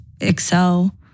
excel